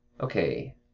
okay